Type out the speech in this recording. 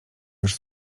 już